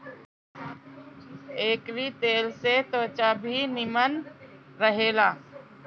एकरी तेल से त्वचा भी निमन रहेला